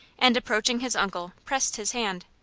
and approaching his uncle, pressed his hand.